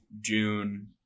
June